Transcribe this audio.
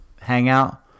hangout